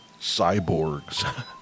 cyborgs